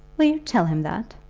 will you tell him that?